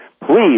Please